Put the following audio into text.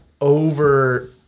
over